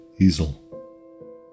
easel